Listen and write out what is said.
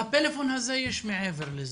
בפלאפון הזה יש מעבר לזה.